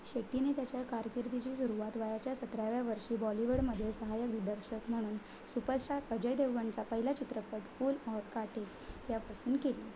शेतीने त्याच्या कारकिर्दीची सुरुवात वयाच्या सतराव्या वर्षी बॉलीवूडमध्ये सहाय्यक दिदर्शक म्हणून सुपरस्टार अजय देवगणचा पहिला चित्रपट फूल और काटे यापासून केली